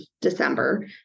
December